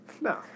No